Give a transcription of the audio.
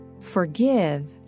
Forgive